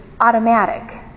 automatic